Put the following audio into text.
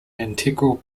integral